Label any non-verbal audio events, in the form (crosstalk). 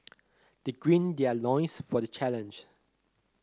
they (unintelligible) their loins for the challenge